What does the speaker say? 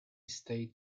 stayed